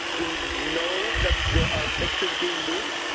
do we know that there are mixes being moved?